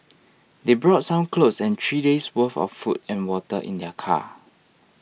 they brought some clothes and three days' worth of food and water in their car